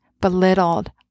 belittled